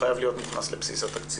הוא חייב להיות מוכנס לבסיס התקציב,